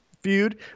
feud